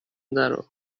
درو